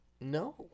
No